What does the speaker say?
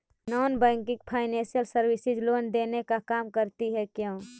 Non banking financial services loan देने का काम करती है क्यू?